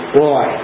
boy